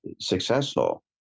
successful